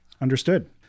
Understood